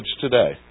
today